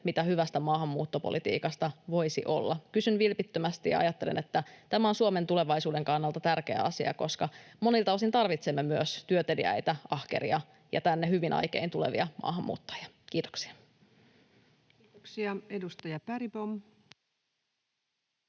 mitä hyvästä maahanmuuttopolitiikasta voisi olla? Kysyn vilpittömästi ja ajattelen, että tämä on Suomen tulevaisuuden kannalta tärkeä asia, koska monilta osin tarvitsemme myös työteliäitä, ahkeria ja tänne hyvin aikein tulevia maahanmuuttaja. — Kiitoksia. Kiitoksia. — Edustaja Bergbom,